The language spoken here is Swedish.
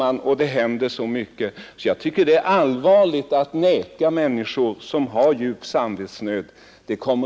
Jag tycker att det är allvarligt att vägra människor som har djup samvetsnöd vapenfri tjänst.